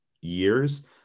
years